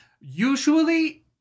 Usually